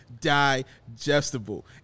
digestible